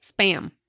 Spam